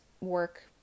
work